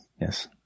Yes